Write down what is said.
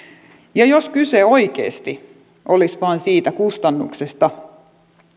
jos kyse oikeasti olisi vain siitä kustannuksesta